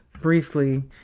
briefly